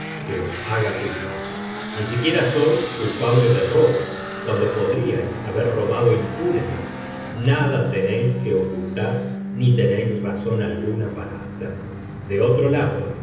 que os haga culpable ni siquiera sois culpable de robo cuando podríais haber robado impunemente nada tenéis que ocultar ni tenéis razón alguna para hacerlo de otro lado